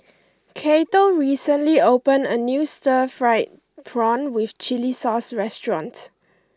Cato recently opened a new Stir Fried Prawn with Chili Sauce restaurant